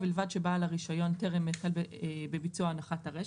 ובלבד שבעל הרישיון טרם החל בביצוע הנחת הרשת.